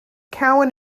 cowan